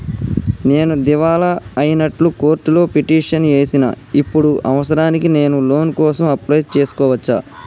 నేను దివాలా అయినట్లు కోర్టులో పిటిషన్ ఏశిన ఇప్పుడు అవసరానికి నేను లోన్ కోసం అప్లయ్ చేస్కోవచ్చా?